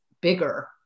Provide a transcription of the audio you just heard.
bigger